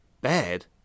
Bad